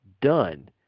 done